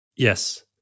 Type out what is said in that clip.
Yes